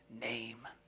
name